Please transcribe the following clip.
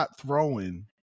throwing